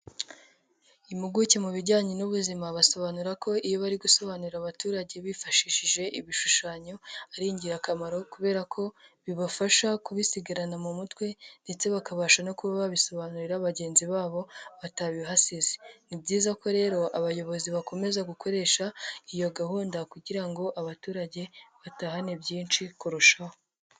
Impuguke mu bijyanye n'ubuzima basobanura ko iyo bari gusobanurira abaturage bifashishije ibishushanyo ari ingirakamaro, kubera ko bibafasha kubisigarana mu mutwe ndetse bakabasha no kuba babisobanurira bagenzi babo batabihasize, ni byiza ko rero abayobozi bakomeza gukoresha iyo gahunda kugira ngo abaturage batahane byinshi kurushaho.